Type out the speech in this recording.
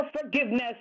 forgiveness